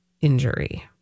injury